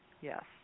yes